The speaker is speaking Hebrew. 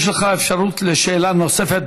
יש לך אפשרות לשאלה נוספת,